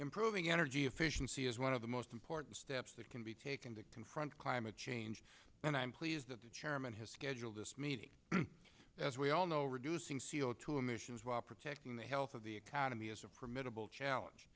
improving energy efficiency is one of the most important steps that can be taken to confront climate change and i'm pleased that the chairman has scheduled this meeting as we all know reducing c o two emissions while protecting the health of the economy as a